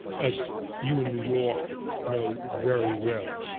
as you in new york know very well,